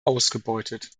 ausgebeutet